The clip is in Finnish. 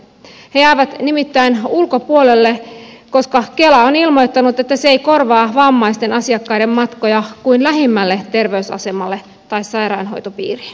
he jäävät nimittäin ulkopuolelle koska kela on ilmoittanut että se ei korvaa vammaisten asiakkaiden matkoja kuin lähimmälle terveysasemalle tai lähimpään sairaanhoitopiiriin